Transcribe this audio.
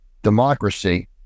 Democracy